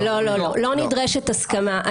לא נדרשת הסכמה.